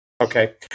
Okay